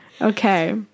okay